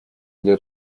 для